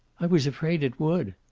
i was afraid it would.